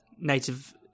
Native